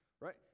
Right